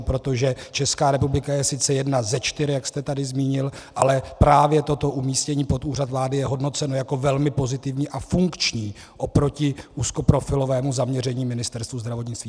Protože Česká republika je sice jedna ze čtyř, jak jste tady zmínil, ale právě to umístění pod Úřad vlády je hodnoceno jako velmi pozitivní a funkční oproti úzkoprofilovému zaměření Ministerstva zdravotnictví.